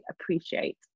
appreciate